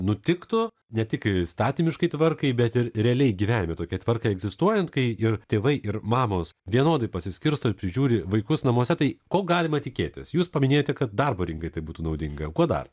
nutiktų ne tik įstatymiškai tvarkai bet ir realiai gyvenime tokia tvarkai egzistuojant kai ir tėvai ir mamos vienodai pasiskirsto ir prižiūri vaikus namuose tai ko galima tikėtis jūs paminėjote kad darbo rinkai tai būtų naudinga kuo dar